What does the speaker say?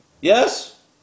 Yes